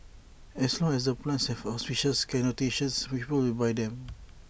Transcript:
as long as the plants have auspicious connotations people will buy them